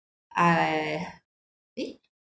I eh